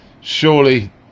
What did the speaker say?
Surely